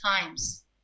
times